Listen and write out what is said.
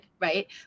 right